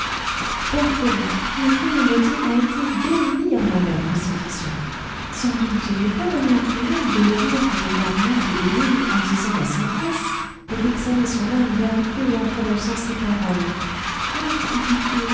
père fauvent la communauté a été bénie en la mère crucifixion sans doute il n'est point donné à tout le monde de mourir comme le cardinal de bérulle en disant la sainte messe et d'exhaler son âme vers dieu en prononçant ces paroles